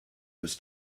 was